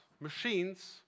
machines